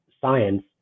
science